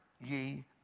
ye